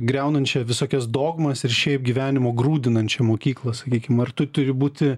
griaunančią visokias dogmas ir šiaip gyvenimo grūdinančią mokyklą sakykim ar tu turi būti